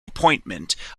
appointment